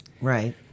Right